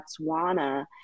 Botswana